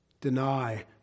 deny